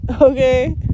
Okay